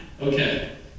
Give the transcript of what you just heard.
Okay